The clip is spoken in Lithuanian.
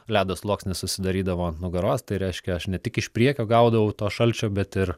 ledo sluoksnis susidarydavo ant nugaros tai reiškia aš ne tik iš priekio gaudavau to šalčio bet ir